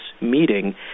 meeting